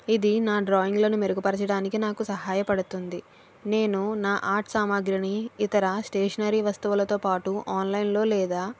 ఇది నా డ్రాయింగ్లను మెరుగుపరచడానికి నాకు సహాయపడుతుంది నేను నా ఆర్ట్ సామాగ్రిని ఇతర స్టేషనరీ వస్తువులతో పాటు ఆన్లైన్లో లేదా